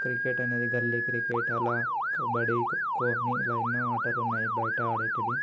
cricket అనేది గల్లీ cricket అలా కబడ్డీ ఖో ఖో అన్నీ ఇలా ఎన్నో ఆటలు ఉన్నాయి బయట ఆడేవి